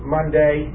Monday